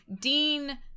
Dean